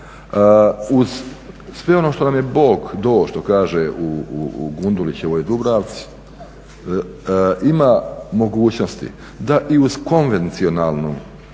uz sve ono što nam je Bog do što kaže u Gundulićevoj Dubravci ima mogućnosti da i uz konvencionalnu